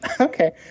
Okay